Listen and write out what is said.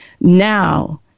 Now